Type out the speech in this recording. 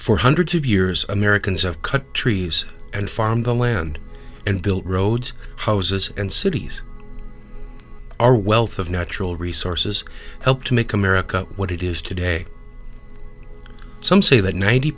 for hundreds of years americans have cut trees and farm the land and built roads houses and cities our wealth of natural resources helped to make america what it is today some say that ninety